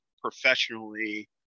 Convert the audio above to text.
professionally